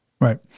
Right